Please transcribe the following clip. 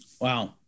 Wow